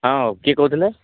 ହଁ କିଏ କହୁଥୁଲେ